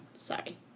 sorry